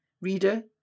Reader